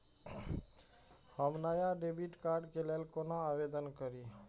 हम नया debit card के लल कौना आवेदन करि?